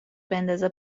بندازه